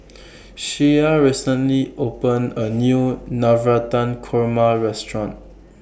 Shea recently opened A New Navratan Korma Restaurant